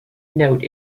note